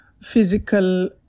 physical